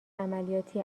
عملیاتی